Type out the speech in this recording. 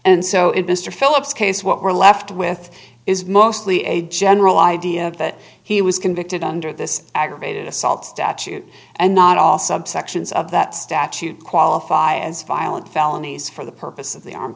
and so it mr phillips case what we're left with is mostly a general idea that he was convicted under this aggravated assault statute and not all subsections of that statute qualify as violent felonies for the purpose of the arm